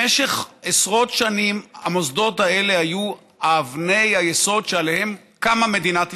במשך עשרות שנים המוסדות האלה היו אבני היסוד שעליהן קמה מדינת ישראל.